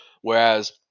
Whereas